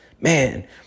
man